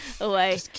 away